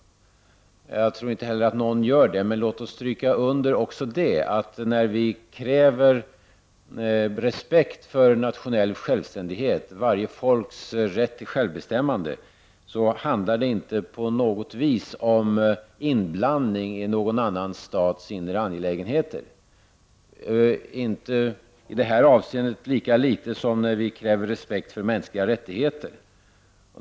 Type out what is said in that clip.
Jag tror inte heller att någon gör det. Men låt oss stryka under att när vi kräver respekt för nationell självständighet, dvs. varje folks rätt till självbestämmande, handlar det inte på något sätt om inblandning i någon annan stats inre angelägenheter, lika litet i det här avseendet som när vi kräver respekt för mänskliga rättigheter.